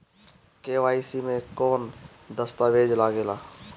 KYC मे कौन दश्तावेज लागेला?